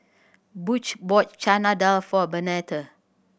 Butch bought Chana Dal for Bernadette